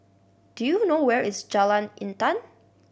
do you know where is Jalan Intan